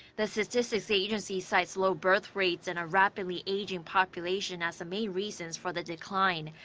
the statistics agency cites low birthrates and a rapidly aging population as the main reasons for the decline.